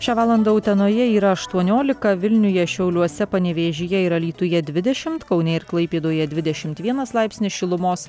šią valandą utenoje yra aštuoniolika vilniuje šiauliuose panevėžyje ir alytuje dvidešimt kaune ir klaipėdoje dvidešimt vienas laipsnis šilumos